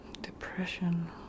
Depression